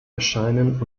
erscheinen